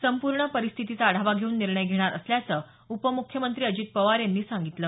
संपूर्ण परिस्थितीचा आढावा घेऊन निर्णय घेणार असल्याचं उपमुख्यमंत्री अजित पवार यांनी सांगितलं